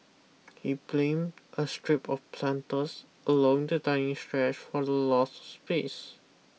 he blame a strip of planters along the dining stretch for the loss of space